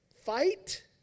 fight